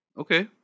Okay